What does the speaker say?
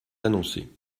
annoncée